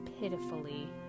pitifully